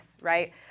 right